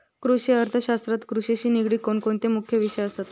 कृषि अर्थशास्त्रात कृषिशी निगडीत कोणकोणते मुख्य विषय असत?